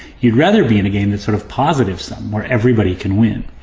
you'd rather be in a game that sort of positive sum where everybody can win.